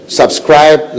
subscribe